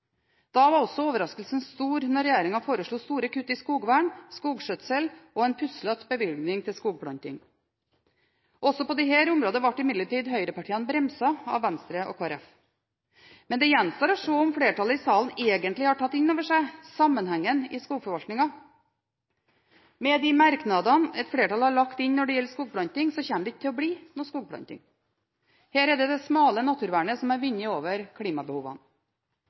overraskelsen stor da regjeringen foreslo store kutt i skogvern, skogskjøtsel og en puslete bevilgning til skogplanting. Også på dette området ble imidlertid høyrepartiene bremset av Venstre og Kristelig Folkeparti. Men det gjenstår å se om flertallet i salen egentlig har tatt inn over seg sammenhengen i skogforvaltningen. Med de merknadene et flertall har lagt inn når det gjelder skogplanting, kommer det ikke til å bli noen skogplanting. Her er det det smale naturvernet som har vunnet over klimabehovene.